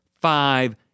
five